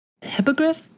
Hippogriff